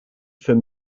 für